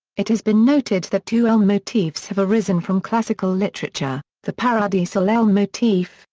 it has been noted that two elm-motifs have arisen from classical literature the paradisal elm motif,